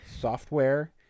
software